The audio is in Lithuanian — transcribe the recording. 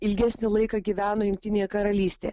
ilgesnį laiką gyveno jungtinėje karalystė